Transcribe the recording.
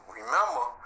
remember